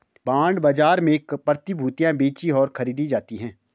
bond बाजार में क़र्ज़ प्रतिभूतियां बेचीं और खरीदी जाती हैं